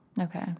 Okay